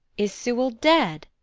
is sewell dead,